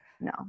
no